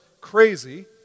crazy